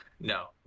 No